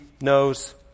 knows